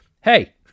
Hey